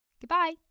Goodbye